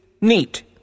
neat